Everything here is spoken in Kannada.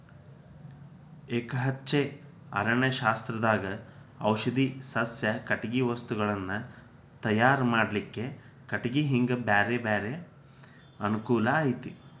ಎಕಹಚ್ಚೆ ಅರಣ್ಯಶಾಸ್ತ್ರದಾಗ ಔಷಧಿ ಸಸ್ಯ, ಕಟಗಿ ವಸ್ತುಗಳನ್ನ ತಯಾರ್ ಮಾಡ್ಲಿಕ್ಕೆ ಕಟಿಗಿ ಹಿಂಗ ಬ್ಯಾರ್ಬ್ಯಾರೇ ಅನುಕೂಲ ಐತಿ